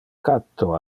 catto